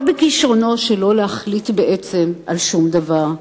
לא בכשרונו שלא להחליט בעצם על שום דבר.